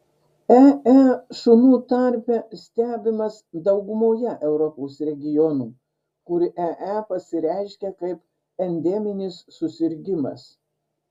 ee šunų tarpe stebimas daugumoje europos regionų kur ee pasireiškia kaip endeminis susirgimas